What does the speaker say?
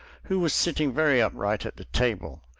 who was sitting very upright at the table,